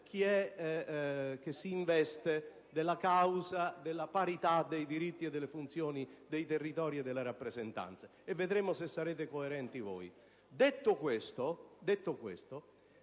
chi è che si investe della causa della parità dei diritti e delle funzioni dei territori e delle rappresentanze e vedremo se sarete coerenti voi. INCOSTANTE